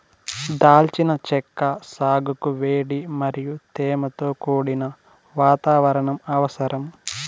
దాల్చిన చెక్క సాగుకు వేడి మరియు తేమతో కూడిన వాతావరణం అవసరం